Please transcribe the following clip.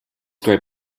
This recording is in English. grow